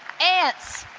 aunts,